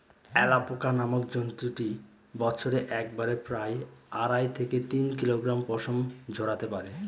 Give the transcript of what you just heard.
alpaca নামক জন্তুটি বছরে একবারে প্রায় আড়াই থেকে তিন কিলোগ্রাম পশম ঝোরাতে পারে